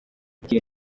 igihe